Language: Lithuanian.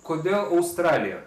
kodėl australija